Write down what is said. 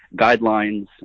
guidelines